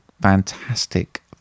fantastic